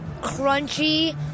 crunchy